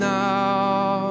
now